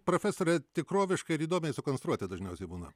profesore tikroviškai ir įdomiai sukonstruoti dažniausiai būna